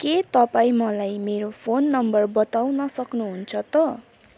के तपाईँ मलाई मेरो फोन नम्बर बताउन सक्नुहुन्छ त